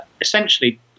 essentially